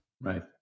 Right